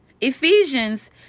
Ephesians